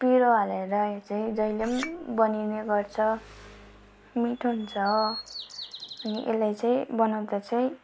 पिरो हालेर यो चाहिँ जहिले पनि बनिने गर्छ मिठो हुन्छ अनि यलाई चाहिँ बनाउँदा चाहिँ